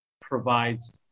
provides